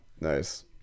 nice